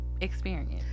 experience